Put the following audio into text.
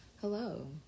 hello